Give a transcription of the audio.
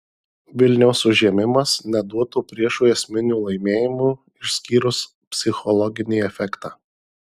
vilniaus užėmimas neduotų priešui esminių laimėjimų išskyrus psichologinį efektą